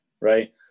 Right